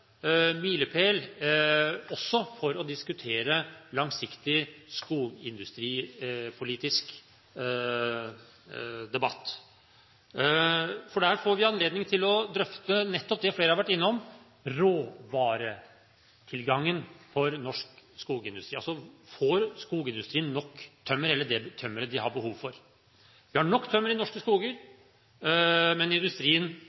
milepæl for også å ha en langsiktig skogindustripolitisk debatt. Der får vi anledning til å drøfte nettopp det flere har vært innom: råvaretilgangen for norsk skogindstri – får skogindustrien det tømmeret de har behov for? Det er nok tømmer i norske skoger, men industrien